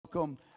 Welcome